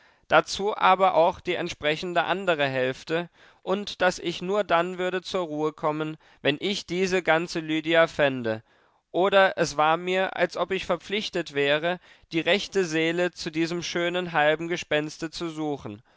dazu aber auch die entsprechende andere hälfte und daß ich nur dann würde zur ruhe kommen wenn ich diese ganze lydia fände oder es war mir als ob ich verpflichtet wäre die rechte seele zu diesem schönen halben gespenste zu suchen